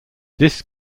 this